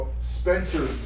Spencer